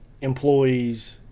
employees